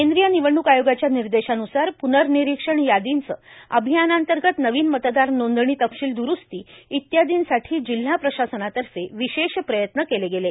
केंद्रीय निवडणूक आयोगाच्या निर्देशान्सार पूनर्निक्षण यादींचे अभियानांतगत नवीन मतदार नोंदणी तपशील द्रूस्ती इत्यादींसाठी जिल्हा प्रशासनातर्फे विशेष प्रयत्न केले गेले